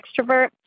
extrovert